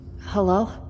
Hello